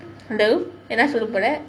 hello என்ன சொல்ல போறே:enna solla porae